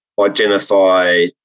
identify